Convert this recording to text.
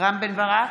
רם בן ברק,